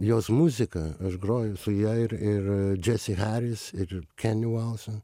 jos muzika aš groju su ja ir ir jesse harris ir kenny wollesen